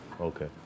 Okay